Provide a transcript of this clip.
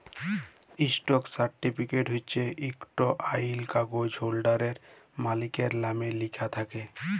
stock certificate হছে ইকট আইল কাগ্যইজ হোল্ডারের, মালিকের লামে লিখ্যা থ্যাকে